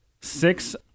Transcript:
six